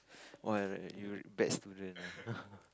!wah! you bad student